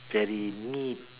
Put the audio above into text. very neat